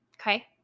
okay